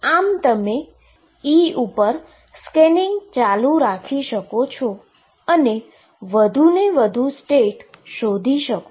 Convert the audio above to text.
આમ તમે E ઉપર સ્કેનિંગ ચાલુ રાખી શકો અને વધુ અને વધુ સ્ટેટ શોધી શકો